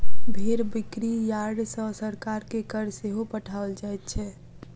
भेंड़ बिक्री यार्ड सॅ सरकार के कर सेहो पठाओल जाइत छै